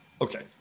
Okay